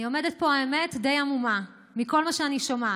אני עומדת פה, האמת, די המומה מכל מה שאני שומעת.